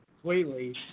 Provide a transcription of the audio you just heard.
completely